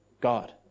God